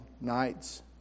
nights